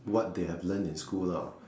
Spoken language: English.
what they have learn in school lah